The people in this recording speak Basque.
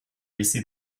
bizi